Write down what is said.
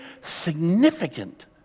significant